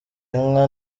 inka